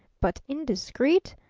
but indiscreet?